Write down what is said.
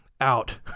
out